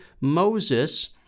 Moses